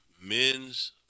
Men's